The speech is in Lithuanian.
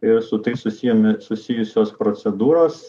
ir su tai susijami susijusios procedūros